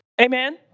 Amen